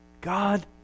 God